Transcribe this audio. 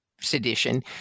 sedition